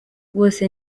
bose